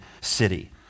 city